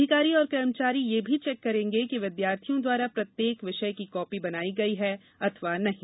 अधिकारी और कर्मचारी यह भी चेक करेंगे कि विद्यार्थियों द्वारा प्रत्येक विषय की कापी बनाई गई है अथवा नही